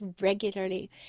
regularly